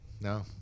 no